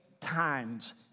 times